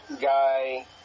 guy